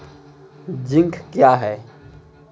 Zinc क्या हैं?